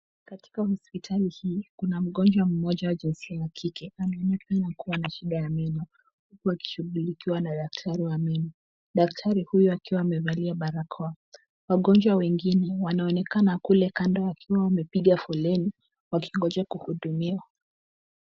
Katika hospitali hii kuna mgonjwa mmoja wa jinsia ya kike anaonekana kuwa na shida ya meno huku akishughulikiwa na daktari wa meno. Daktari huyo akiwa amevalia barakoa. Wagonjwa wengine wanaonekana kule kando wakiwa wamepiga foleni wakingojea kuhudumiwa.